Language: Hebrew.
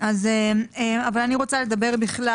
אני רוצה לדבר בכלל,